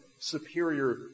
superior